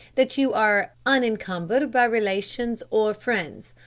that you are unencumbered by relations or friends.